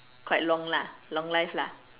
quite long lah long life lah